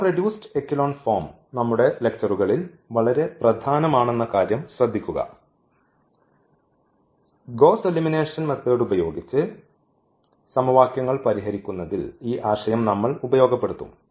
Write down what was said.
raw reduced echelon form നമ്മുടെ ലെക്ച്ചറുകളിൽ വളരെ പ്രധാനമാണെന്ന കാര്യം ശ്രദ്ധിക്കുക ഗോസ്സ് എലിമിനേഷൻ ഉപയോഗിച്ച് സമവാക്യങ്ങൾ പരിഹരിക്കുന്നതിൽ ഈ ആശയം നമ്മൾ ഉപയോഗപ്പെടുത്തും